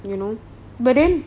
you know but then